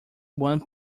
one